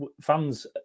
fans